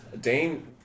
Dane